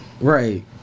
Right